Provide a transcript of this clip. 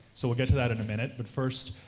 so we'll get to that in a minute, but first,